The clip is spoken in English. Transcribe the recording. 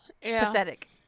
pathetic